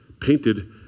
painted